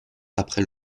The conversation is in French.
après